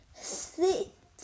sit